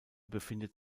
befindet